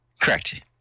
Correct